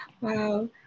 Wow